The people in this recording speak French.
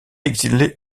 exilé